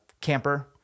camper